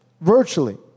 virtually